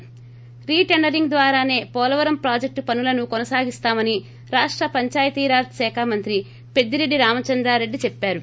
ి retendering ద్వారానే Polavaram project పనులను కొనసాగిస్తామని రాష్ట పంచాయతీరాజ్ శాఖ మంత్రి పెద్దిరెడ్డి రామచంద్రారెడ్డి చెప్పారు